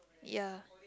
ya